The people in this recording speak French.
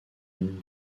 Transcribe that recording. une